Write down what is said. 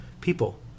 people